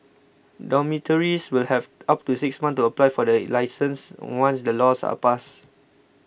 dormitories will have up to six months to apply for the licence once the laws are passed